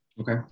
okay